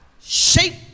shape